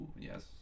yes